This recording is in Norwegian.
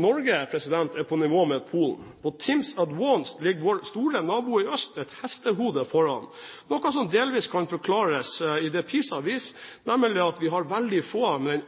Norge er på nivå med Polen. På TIMSS Advanced ligger vår store nabo i øst et hestehode foran, noe som delvis kan forklares i det PISA viser, nemlig at vi har veldig få med den